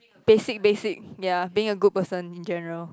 basic basic ya being a good person in general